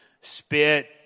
spit